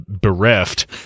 bereft